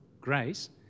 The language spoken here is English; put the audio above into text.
grace